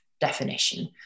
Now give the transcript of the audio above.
definition